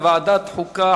לדיון מוקדם בוועדת החוקה,